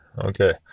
okay